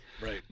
Right